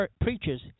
preachers